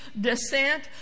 descent